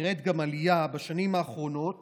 נראית בשנים האחרונות